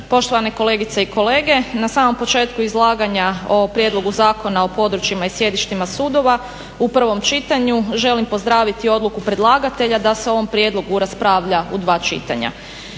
poštovane kolegice i kolege. Na samom početku izlaganja o prijedlogu Zakona o područjima i sjedištima sudova u prvom čitanju želim pozdraviti odluku predlagatelja da se o ovom prijedlogu raspravlja u dva čitanja.